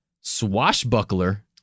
swashbuckler